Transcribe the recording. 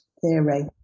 theory